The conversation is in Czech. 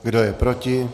Kdo je proti?